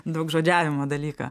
daugžodžiavimo dalyką